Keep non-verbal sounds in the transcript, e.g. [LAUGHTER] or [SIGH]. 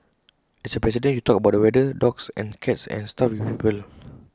as A president you talk about the weather dogs and cats and stuff [NOISE] with people